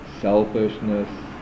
selfishness